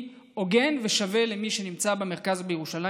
הוגן ושווה למי שנמצא במרכז ובירושלים.